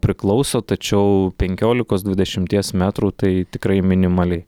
priklauso tačiau penkiolikos dvidešimties metrų tai tikrai minimaliai